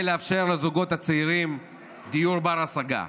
כדי לאפשר לזוגות הצעירים דיור בר-השגה.